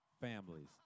families